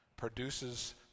Produces